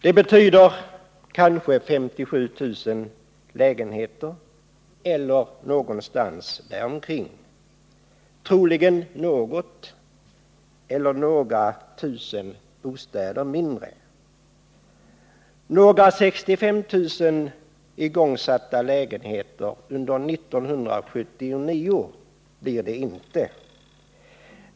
Det betyder kanske 57 000 lägenheter eller någonting där omkring — troligen något eller några tusen bostäder mindre. Några 65 000 igångsatta lägenheter under 1979 blir det inte.